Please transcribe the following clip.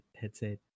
headset